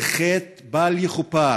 זה חטא בל יכופר.